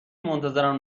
منتظرم